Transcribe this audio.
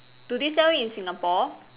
do they sell it in Singapore